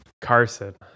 Carson